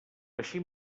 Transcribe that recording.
així